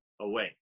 away